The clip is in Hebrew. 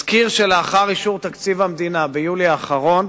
אזכיר שלאחר אישור תקציב המדינה, ביולי האחרון,